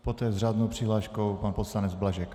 Poté s řádnou přihláškou pan poslanec Blažek.